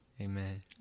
Amen